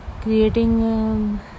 creating